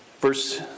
Verse